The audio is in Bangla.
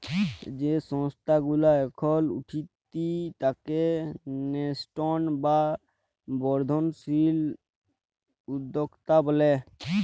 যেই সংস্থা গুলা এখল উঠতি তাকে ন্যাসেন্ট বা বর্ধনশীল উদ্যক্তা ব্যলে